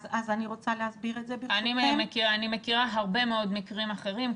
אני מכירה הרבה מאוד מקרים אחרים,